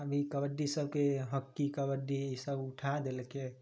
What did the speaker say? अभी कबड्डी सबके होक्की कबड्डी ई सब उठा देलकै